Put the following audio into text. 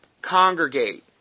congregate